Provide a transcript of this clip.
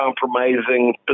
compromising